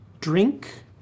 drink